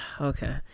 Okay